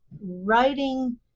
writing